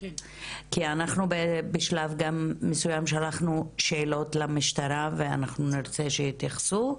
כי אנחנו בשלב מסויים שלחנו שאלות למשטרה ואנחנו נרצה שיתייחסו,